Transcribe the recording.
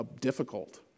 difficult